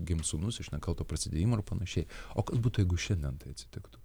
gims sūnus iš nekalto prasidėjimo ir panašiai o kas būtų jeigu šiandien tai atsitiktų